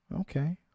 Okay